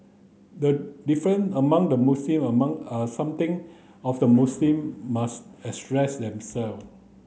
the different among the Muslim among are something of the Muslim must address them self